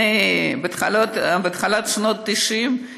בתחילת שנות ה-90,